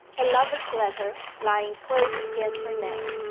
her lover's letter, lying close against her neck,